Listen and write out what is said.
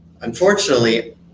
unfortunately